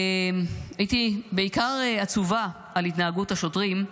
הייתי בעיקר עצובה על התנהגות השוטרים,